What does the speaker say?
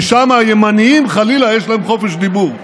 כי שם הימנים, חלילה, יש להם חופש דיבור.